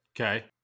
Okay